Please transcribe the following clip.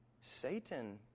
satan